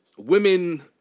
Women